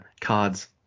cards